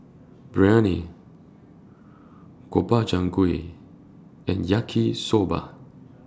Biryani Gobchang Gui and Yaki Soba